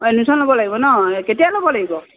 admission ল'ব লাগিব ন কেতিয়া ল'ব লাগিব